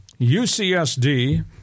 UCSD